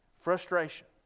frustration